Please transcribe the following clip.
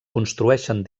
construeixen